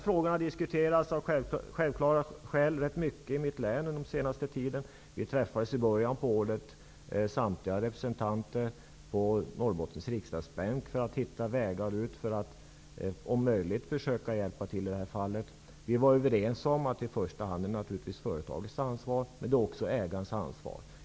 Frågan har av självklara skäl diskuterats rätt mycket i mitt län under den senaste tiden. I början av året träffades samtliga representanter på Norrbottens riksdagsbänk för att hitta vägar ut för att om möjligt försöka hjälpa till. Vi var överens om att det i första hand naturligtvis är företagets ansvar. Men det är också ägarens ansvar.